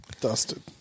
Dusted